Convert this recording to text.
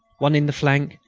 one in the flank,